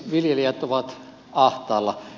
viljelijät ovat ahtaalla